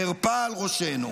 חרפה על ראשנו.